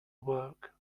work